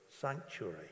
sanctuary